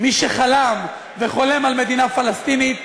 מי שחלם וחולם על מדינה פלסטינית,